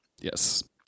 yes